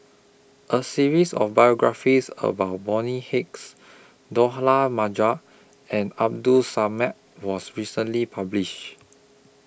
A series of biographies about Bonny Hicks Majid and Abdul Samad was recently published